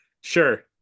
Sure